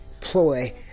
ploy